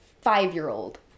five-year-old